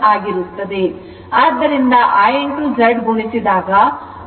ಸರಳವಾಗಿ V1 I Z1 ಆಗಿರುತ್ತದೆ